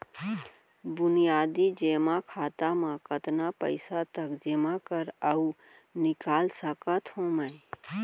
बुनियादी जेमा खाता म कतना पइसा तक जेमा कर अऊ निकाल सकत हो मैं?